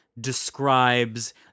describes